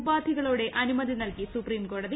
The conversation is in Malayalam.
ഉപാധികളോടെ അനുമതി നൽകി സുപ്രീംകോടതി